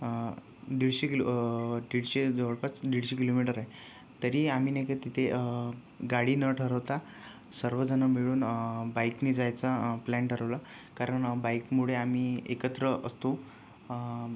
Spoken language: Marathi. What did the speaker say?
दीडशे किलो दीडशे जवळपास दीडशे किलोमीटर आहे तरी आम्ही नाही का तिथे गाडी न ठरवता सर्वजणं मिळून बाईकने जायचा प्लॅन ठरवला कारण बाईकमुळे आम्ही एकत्र असतो